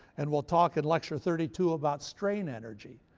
and we'll talk in lecture thirty two about strain energy,